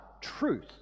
truth